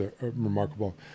remarkable